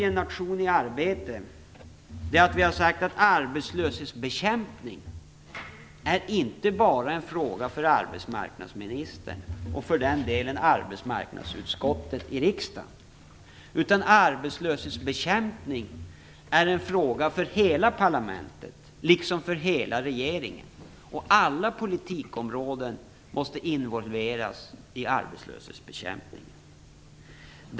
I "En nation i arbete" säger vi att arbetslöshetsbekämpningen inte bara är en fråga för arbetsmarknadsministern - och för delen också för arbetsmarknadsutskottet i riksdagen - utan också för hela parlamentet, liksom för hela regeringen. Alla politikområden måste involveras i arbetslöshetsbekämpningen.